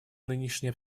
нынешней